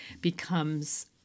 becomes